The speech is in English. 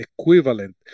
equivalent